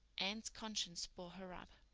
anne's conscience bore her up.